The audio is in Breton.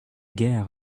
ger